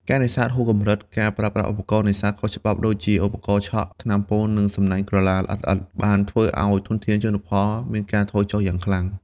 ការនេសាទហួសកម្រិត ការប្រើប្រាស់ឧបករណ៍នេសាទខុសច្បាប់ដូចជា ឧបករណ៍ឆក់ ថ្នាំពុល និងសំណាញ់ក្រឡាល្អិតៗ បានធ្វើឲ្យធនធានជលផលមានការថយចុះយ៉ាងខ្លាំង។